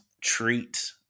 treat